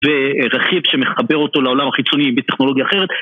ורכיב שמחבר אותו לעולם החיצוני בטכנולוגיה אחרת